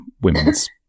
women's